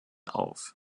auf